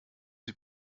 sie